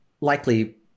likely